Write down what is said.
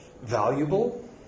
valuable